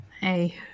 hey